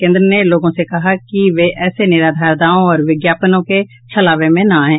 केंद्र ने लोगों से कहा कि वे ऐसे निराधार दावों और विज्ञापनों के छलावे में न आएं